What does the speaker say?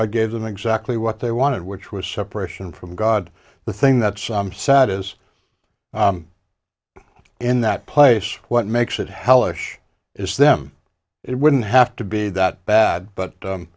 d gave them exactly what they wanted which was separation from god the thing that's sad is in that place what makes it hellish is them it wouldn't have to be that bad but